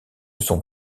son